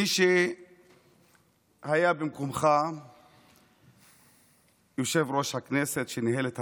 מי שהיה במקומך יושב-ראש הכנסת וניהל את המליאה,